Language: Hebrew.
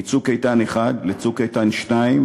מ"צוק איתן 1" ל"צוק איתן 2",